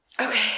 Okay